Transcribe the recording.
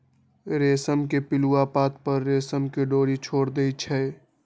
रेशम के पिलुआ पात पर रेशम के डोरी छोर देई छै